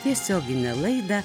tiesioginę laidą